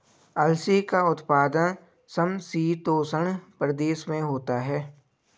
अलसी का उत्पादन समशीतोष्ण प्रदेश में होता है